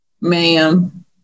ma'am